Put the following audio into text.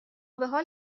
بحال